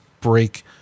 break